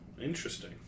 Interesting